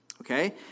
Okay